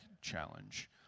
challenge